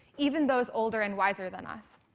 even those older and wiser than us.